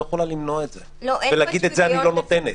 ולהגיד: את זה אני לא נותנת.